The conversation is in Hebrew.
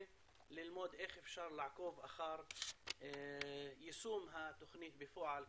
וללמוד איך אפשר לעקוב אחרי יישום התוכנית בפועל,